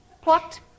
plucked